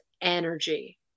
energy